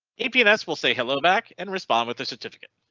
apn, s will say hello back and respond with this certificate.